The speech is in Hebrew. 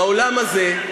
בעולם הזה,